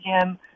Jim